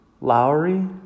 Lowry